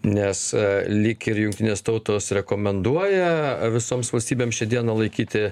nes lyg ir jungtinės tautos rekomenduoja visoms valstybėms šią dieną laikyti